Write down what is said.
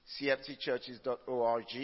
cftchurches.org